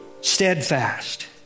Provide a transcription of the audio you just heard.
steadfast